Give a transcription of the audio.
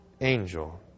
Angel